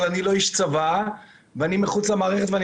אבל אני לא איש צבא ואני מחוץ למערכת ואני